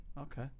Okay